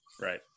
Right